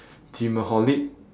gymaholic